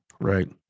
Right